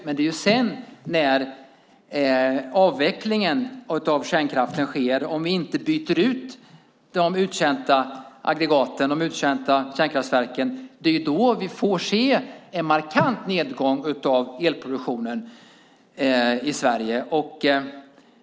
Men det är sedan som vi, om vi inte byter ut uttjänta aggregat och kärnkraftverk, får se en markant nedgång av elproduktionen i Sverige.